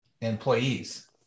employees